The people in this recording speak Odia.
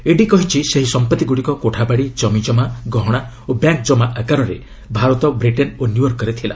ଇଡି କହିଛି ସେହି ସମ୍ପଭିଗୁଡ଼ିକ କୋଠାବାଡ଼ି ଜମିଜମା ଗହଣା ଓ ବ୍ୟାଙ୍କ୍ ଜମା ଆକାରରେ ଭାରତ ବ୍ରିଟେନ୍ ଓ ନ୍ୟୁୟର୍କରେ ଥିଲା